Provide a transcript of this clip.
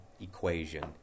equation